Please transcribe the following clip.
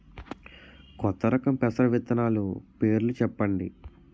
కొత్త రకం పెసర విత్తనాలు పేర్లు చెప్పండి?